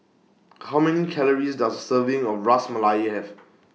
How Many Calories Does Serving of Ras Malai Have